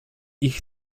ich